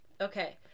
Okay